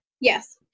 Yes